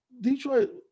Detroit